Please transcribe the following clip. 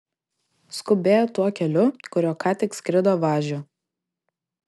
skubėjo tuo keliu kuriuo ką tik skrido važiu